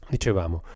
Dicevamo